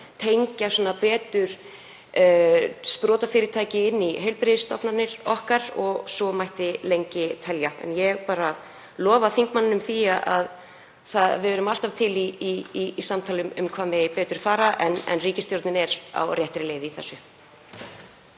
tengja betur sprotafyrirtæki inn í heilbrigðisstofnanir okkar og svo mætti lengi telja. Ég lofa þingmanninum því að við erum alltaf til í samtal um hvað megi betur fara en ríkisstjórnin er á réttri leið í þessu.